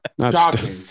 shocking